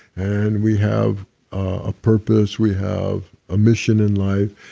and we have a purpose, we have a mission in life,